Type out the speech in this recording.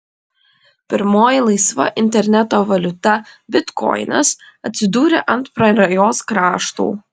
pirmoji laisva interneto valiuta bitkoinas atsidūrė ant prarajos krašto